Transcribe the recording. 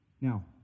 Now